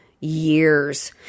Years